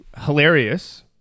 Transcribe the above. Hilarious